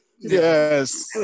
Yes